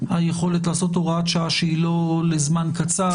על היכולת לעשות הוראת שעה שהיא לא לזמן קצר,